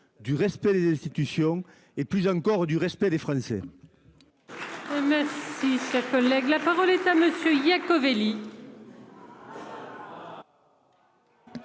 du respect des institutions et plus encore du respect des Français.